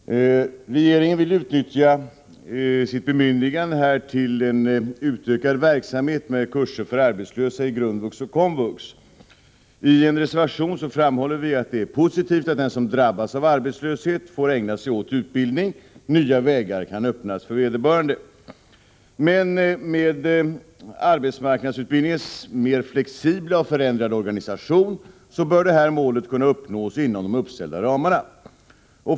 Herr talman! Regeringen vill utnyttja sitt bemyndigande här till en utökad verksamhet med kurser för arbetslösa i grundvux och komvux. I en reservation framhåller vi att det är positivt att den som drabbas av arbetslöshet får ägna sig åt utbildning — nya vägar kan öppnas för vederbörande. Men med arbetsmarknadsutbildningens mer flexibla och förändrade organisation bör det här målet kunna uppnås inom de uppställda ramarna.